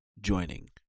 joining